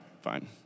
fine